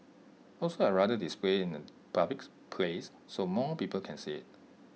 also I'd rather display IT in A public place so more people can see IT